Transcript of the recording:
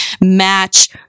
match